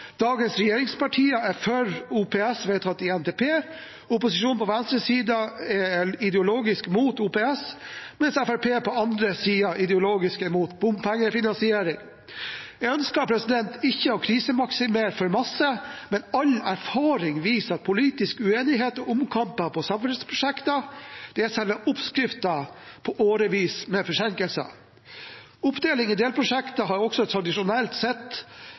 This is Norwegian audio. Dagens regjeringspartier er for OPS, vedtatt i NTP. Opposisjonen på venstresiden er ideologisk mot OPS, mens Fremskrittspartiet på andre siden er ideologisk mot bompengefinansiering. Jeg ønsker ikke å krisemaksimere for mye, men all erfaring viser at politisk uenighet og omkamper om samferdselsprosjekter er selve oppskriften på årevis med forsinkelser. Oppdeling i delprosjekter har også tradisjonelt sett